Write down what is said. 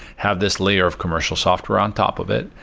have this layer of commercial software on top of it,